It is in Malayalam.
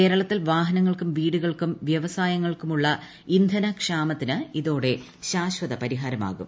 കേരളത്തിൽ വാഹനങ്ങൾക്കും വീടുകൾക്കും വ്യിവ്സായങ്ങൾ ക്കുമുള്ള ഇന്ധന ക്ഷാമത്തിന് ഇതോടെ ശാശ്വത പുരിഹ്ാർമാകും